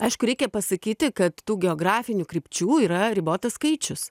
aišku reikia pasakyti kad tų geografinių krypčių yra ribotas skaičius